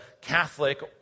Catholic